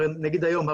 נגיד היום,